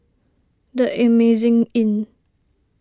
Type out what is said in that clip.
the Amazing Inn